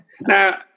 Now